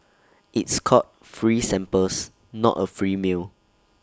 it's called free samples not A free meal